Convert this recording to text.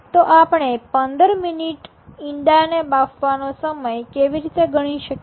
તો આપણે ૧૫ મિનિટ ઈંડાને બાફવાનો સમય કેવી રીતે ગણી શકીએ